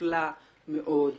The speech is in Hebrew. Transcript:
מפלה מאוד,